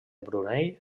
brunei